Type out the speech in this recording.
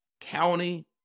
county